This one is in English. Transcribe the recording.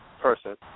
person